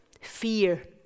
fear